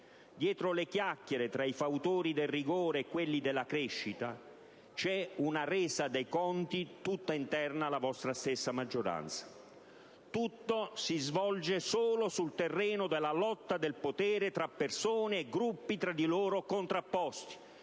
dietro le chiacchiere tra i fautori del rigore e quelli della crescita, c'è una resa dei conti tutta interna alla vostra stessa maggioranza. Tutto si svolge solo sul terreno della lotta del potere tra persone e gruppi tra di loro contrapposti.